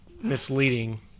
misleading